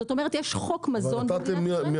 זאת אומרת יש חוק מזון --- אבל